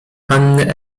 panny